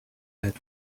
had